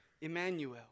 Emmanuel